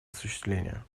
осуществление